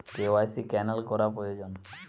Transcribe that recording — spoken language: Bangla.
কে.ওয়াই.সি ক্যানেল করা প্রয়োজন?